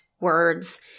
words